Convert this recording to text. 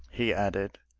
he added,